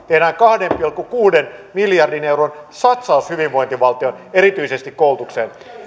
tehdään kahden pilkku kuuden miljardin euron satsaus hyvinvointivaltioon erityisesti koulutukseen